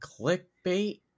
Clickbait